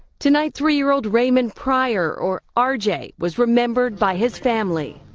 tonight, three year old raymond prior or r j. was remembered by his family.